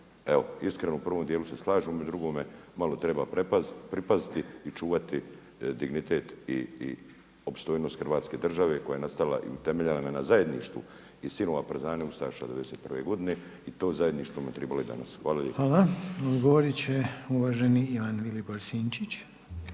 Evo iskreno u prvom djelu se slažem, u drugome malo treba pripaziti i čuvati dignitet i opstojnost Hrvatske države koja je nastala i temeljena na zajedništvo i silama … ustaša 91. godine i to zajedništvo nam treba i danas. Hvala lijepo. **Reiner, Željko (HDZ)**